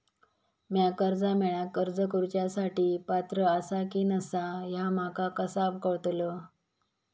म्या कर्जा मेळाक अर्ज करुच्या साठी पात्र आसा की नसा ह्या माका कसा कळतल?